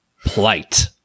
Plight